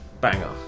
Banger